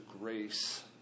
grace